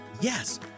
Yes